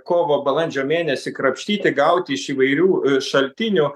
kovo balandžio mėnesį krapštyti gauti iš įvairių šaltinių